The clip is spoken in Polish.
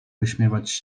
wyśmiewać